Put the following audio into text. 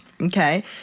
Okay